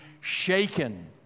shaken